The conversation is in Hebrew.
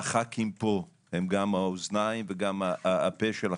הח"כים פה הם גם האוזניים וגם הפה שלכם.